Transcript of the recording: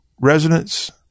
residents